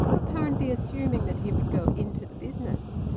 apparently assuming that he would go into the business.